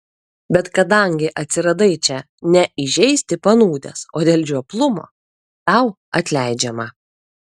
bet kadangi atsiradai čia ne įžeisti panūdęs o dėl žioplumo tau atleidžiama